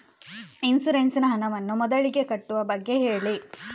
insurance ನ ಹಣವನ್ನು ಮೊದಲಿಗೆ ಕಟ್ಟುವ ಬಗ್ಗೆ ಹೇಳಿ